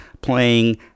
playing